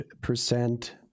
percent